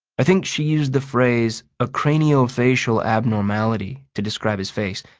i think she used the phrase a craniofacial abnormality to describe his face.